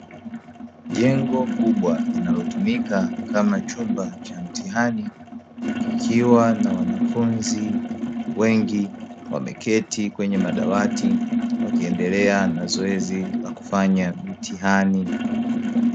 Jengo kubwa linalotumika kama chumba cha mtihani, kikiwa na wanafunzi wengi wameketi kwenye madawati wakiendelea na zoezi la kufanya mitihani.